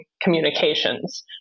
communications